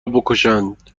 بکشند